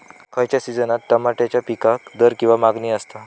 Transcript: खयच्या सिजनात तमात्याच्या पीकाक दर किंवा मागणी आसता?